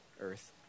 earth